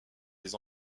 les